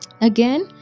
Again